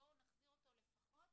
בואו נחזיר אותו לפחות